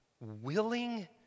willing